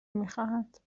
میخواهند